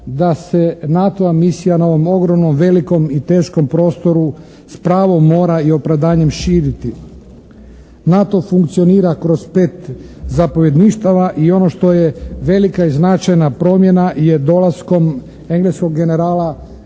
da se NATO-ova misija na ovom ogromnom, velikom i teškom prostoru s pravom mora i opravdanjem širiti. NATO funkcionira kroz pet zapovjedništava i ono što je velika i značajna promjena je dolaskom engleskog generala